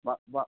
বাৰু বাৰু